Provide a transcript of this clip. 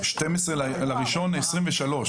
12.01.23,